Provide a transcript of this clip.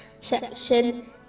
section